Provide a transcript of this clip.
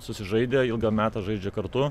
susižaidę ilgą metą žaidžia kartu